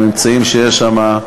הממצאים שיש שם,